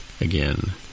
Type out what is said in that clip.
again